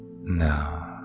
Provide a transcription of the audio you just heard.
now